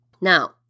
Now